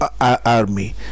army